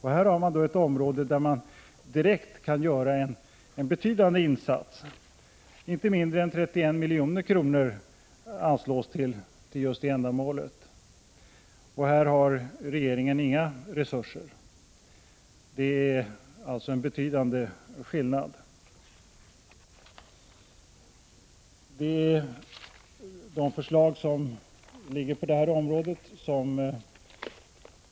Här finns det ett område där man direkt kan göra en betydande insats. Inte mindre än 31 milj.kr. anslås till just detta ändamål. Här har regeringen inga resurser. Skillnaden är alltså betydande. Detta är de förslag som finns inom detta område.